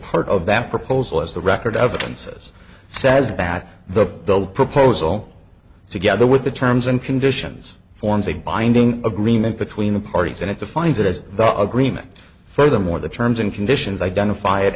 part of that proposal as the record evidences says that the proposal together with the terms and conditions forms a binding agreement between the parties and it defines it as the agreement furthermore the terms and conditions identify it